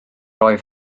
oedd